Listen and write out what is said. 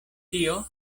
tion